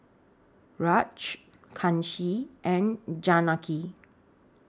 Raj Kanshi and Janaki